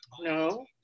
No